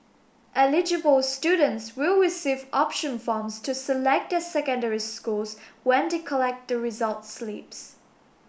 eligible students will receive option forms to select their secondary schools when they collect the results slips